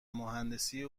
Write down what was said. مهندسی